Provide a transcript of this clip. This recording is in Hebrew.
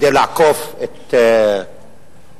כדי לעקוף את בג"ץ.